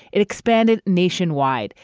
it expanded nationwide,